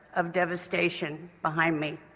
of devastation behind me.